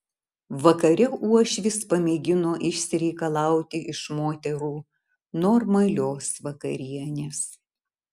vakare uošvis pamėgino išsireikalauti iš moterų normalios vakarienės